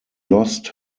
lost